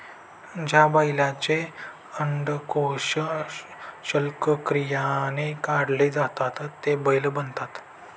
ज्या बैलांचे अंडकोष शल्यक्रियाने काढले जातात ते बैल बनतात